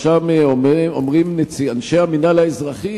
שם אומרים אנשי המינהל האזרחי,